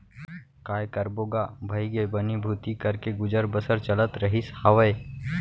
काय करबो गा भइगे बनी भूथी करके गुजर बसर चलत रहिस हावय